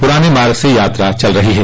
पुराने मार्ग से यात्रा चल रही है